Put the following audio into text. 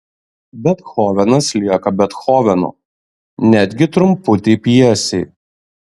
bethovenas lieka bethovenu netgi trumputėj pjesėj